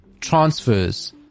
transfers